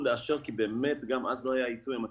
לאשר כי באמת גם אז זה לא היה העיתוי המתאים.